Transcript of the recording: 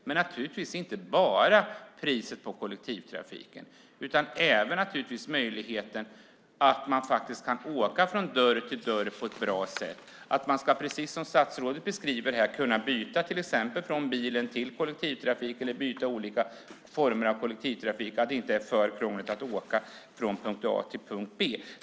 Men naturligtvis spelar inte bara priset på kollektivtrafiken in utan även möjligheten att åka från dörr till dörr på ett bra sätt. Man ska till exempel, som statsrådet beskriver, kunna byta från bil till kollektivtrafik eller mellan olika former av kollektivtrafik utan att det är för krångligt att åka från punkt A till punkt B.